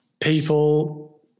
people